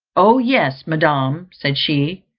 oh yes, madam, said she,